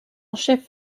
chef